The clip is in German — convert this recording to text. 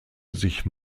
sich